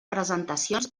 presentacions